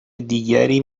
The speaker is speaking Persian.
دیگری